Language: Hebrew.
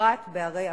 בפרט בערי הפריפריה.